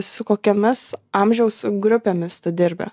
su kokiomis amžiaus grupėmis tu dirbi